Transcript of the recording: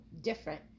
different